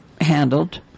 handled